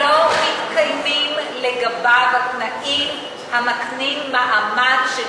שלא מתקיימים לגביו התנאים המקנים מעמד של